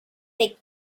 thick